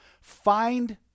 find